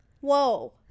whoa